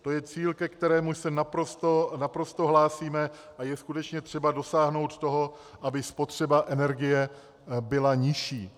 To je cíl, ke kterému se naprosto hlásíme, a je skutečně třeba dosáhnout toho, aby spotřeba energie byla nižší.